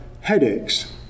headaches